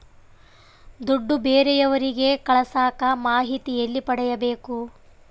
ದುಡ್ಡು ಬೇರೆಯವರಿಗೆ ಕಳಸಾಕ ಮಾಹಿತಿ ಎಲ್ಲಿ ಪಡೆಯಬೇಕು?